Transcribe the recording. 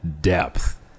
depth